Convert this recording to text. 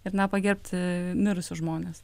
ir na pagerbti mirusius žmones